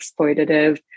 exploitative